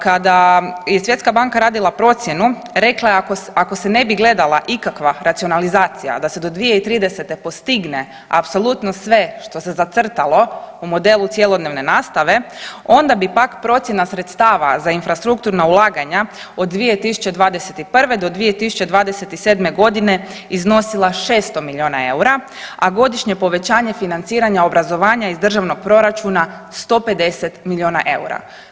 Kada je svjetska banka radila procjenu, rekla je ako se ne bi gledala ikakva racionalizacija da se do 2030. postigne apsolutno sve što se zacrtalo u modelu cjelodnevne nastave onda bi pak procjena sredstava za infrastrukturna ulaganja od 2021.-2027.g. iznosila 600 milijuna eura, a godišnje povećanje financiranja obrazovanja iz državnog proračuna 150 milijuna eura.